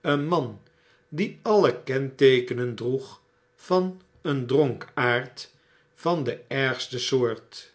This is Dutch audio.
een man die alle kenteekenen droeg van een dronkaard van de ergste soort